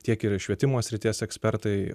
tiek ir švietimo srities ekspertai